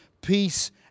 peace